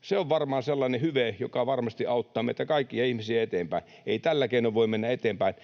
Se on varmaan sellainen hyve, joka varmasti auttaa meitä kaikkia ihmisiä eteenpäin. Ei tällä keinoin voi mennä eteenpäin,